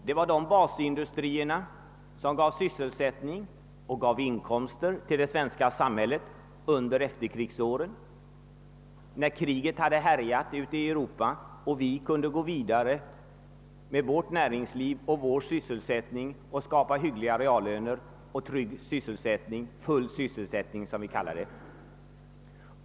Det var de som gav sysselsättning och inkomster åt det svenska samhället under efterkrigsåren, när kriget hade härjat i Europa och vi kunde gå vidare med vårt näringsliv och vår sysselsättning och skapa hyggliga reallöner och trygg sysselsättning — full sysselsättning som vi kallar det.